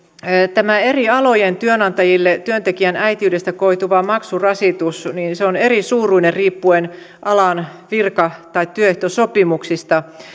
tämä eri alojen työnantajille työntekijän äitiydestä koituva maksurasitus on eri suuruinen riippuen alan virka tai työehtosopimuksista